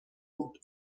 بود